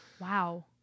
Wow